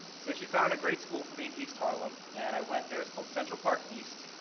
so she found a great school for me in east harlem. and i went there. it's called central park east.